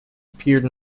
appeared